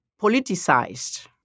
politicized